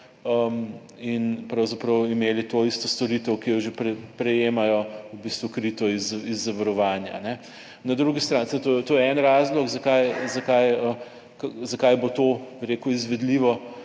In pravzaprav imeli to isto storitev, ki jo že prejemajo, v bistvu krito iz zavarovanja. Na drugi strani, to je en razlog zakaj, zakaj bo to, bi rekel, izvedljivo